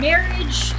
Marriage